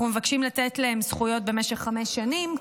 אנחנו מבקשים לתת להן זכויות במשך חמש שנים,